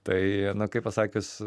tai na kaip pasakius